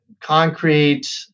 concrete